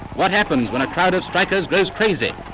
what happens when a crowd of strikers goes crazy,